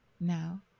now